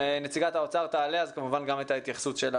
וכשנציגת האוצר תעלה אז כמובן גם את התייחסותה.